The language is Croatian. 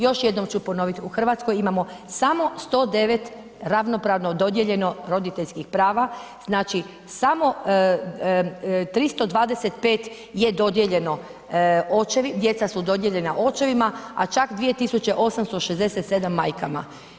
Još jednom ću ponoviti, u Hrvatskoj imamo samo 109 ravnopravno dodijeljeno roditeljskih prava, znači samo 325 je dodijeljeno, očevi, djeca su dodijeljena očevima a čak 2867 majkama.